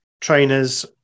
trainers